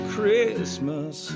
Christmas